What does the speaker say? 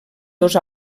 dos